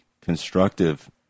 constructive